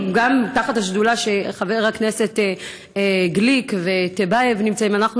תחת השדולה שחבר הכנסת גליק וטיבייב נמצאים בה,